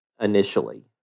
initially